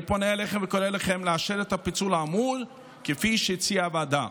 אני פונה אליכם וקורא לכם לאשר את הפיצול האמור כפי שהציעה הוועדה.